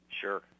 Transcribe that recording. Sure